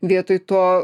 vietoj to